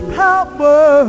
power